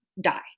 die